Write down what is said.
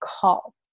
call